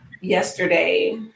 yesterday